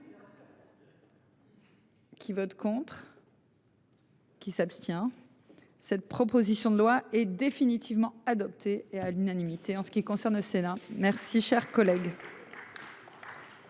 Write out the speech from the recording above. Qui vote contre. Qui s'abstient. Cette proposition de loi est définitivement adoptée et à l'unanimité en ce qui concerne au Sénat. Merci cher collègue.